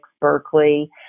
Berkeley